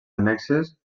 annexes